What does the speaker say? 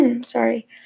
sorry